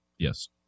Yes